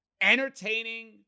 entertaining